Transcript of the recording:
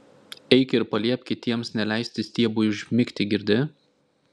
eik ir paliepk kitiems neleisti stiebui užmigti girdi